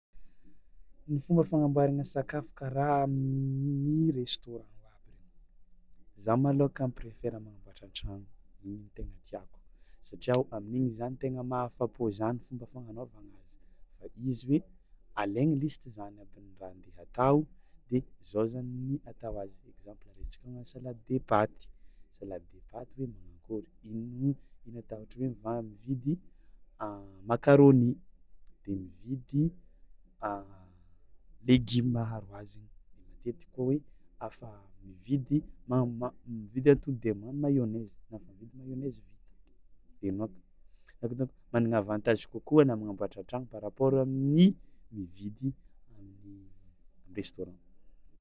Ny fomba fagnamboarana sakafo kara amy restaurant aby regny zah malôha ka miprefera magnamboatra an-tragno igny no tegna tiàko, satria o amin'igny zany tegna mahapo zah ny tegna fagnanaovana azy, fa izy hoe alegny lista zany aby ny raha nde atao de zao zany atao azy exemple raisitsika hagnano salade de paty hoe manakory, ino atao ino atao ohatra hoe mividy macaroni de mividy legioma aharo azy igny de matetiky koa hoe afa mividy ma- ma- mividy atody de magnagno mayonnaise, na efa mividy mayonnaise vita, de enao- afa ataoko magnana avantazy kokoa anao magnamboatra an-tragno par rapport amin'ny mividy amy restaurant.